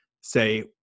say